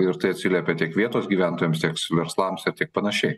ir tai atsiliepė tiek vietos gyventojams tiek s verslams ir tiek panašiai